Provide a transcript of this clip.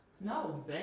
No